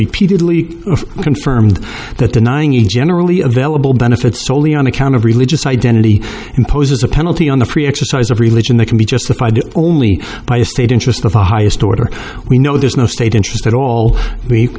repeatedly confirmed that denying you generally available benefits soley on account of religious identity imposes a penalty on the free exercise of religion they can be justified only by a state interest of the highest order we know there's no state interest at all